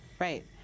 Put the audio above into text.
Right